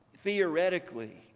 theoretically